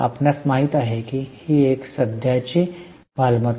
आपणास माहित आहे की ही एक सध्याची मालमत्ता आहे